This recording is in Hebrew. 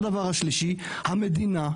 והדבר השלישי המדינה,